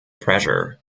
pressure